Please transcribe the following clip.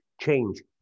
change